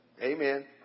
Amen